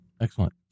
Excellent